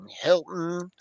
Hilton